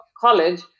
college